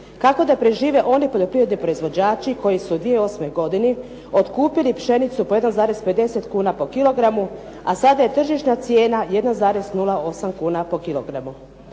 Kako da prežive oni poljoprivredni proizvođača koji su u 2008. godini otkupili pšenicu po 1,50 kuna po kilogramu, a sada je tržišna cijena 1,08 po kilogramu.